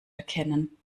erkennen